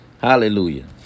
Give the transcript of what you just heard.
Hallelujah